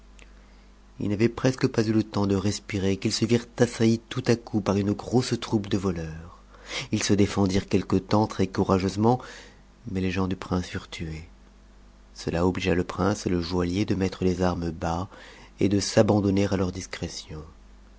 ils n'avaient presque pas eu le temps de respirer qu'us se virent assaillis tout à coup par une grosse troupe de voleurs ils se défendirent quelque temps très courageusement mais les gens du prince furent tués cela obligea le prince et le joaillier de mettre les armes bas et de s'abandonner à leur discrétion